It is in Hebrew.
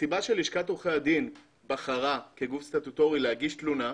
הסיבה שלשכת עורכי הדין בחרה כגוף סטטוטורי להגיש תלונה,